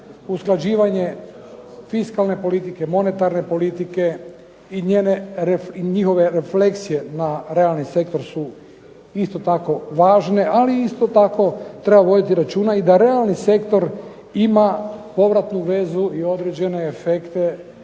usklađivanje fiskalne politike, monetarne politike i njihove refleksije na realni sektor su isto tako važne ali isto tako treba voditi računa da realni sektor ima povratnu vezu i određene efekte